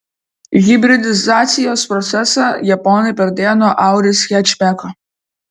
hibridizacijos procesą japonai pradėjo nuo auris hečbeko